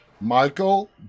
Michael